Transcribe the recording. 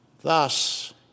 Thus